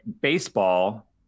baseball